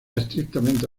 estrictamente